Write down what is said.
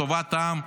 טובת העם,